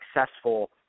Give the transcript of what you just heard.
successful